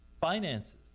finances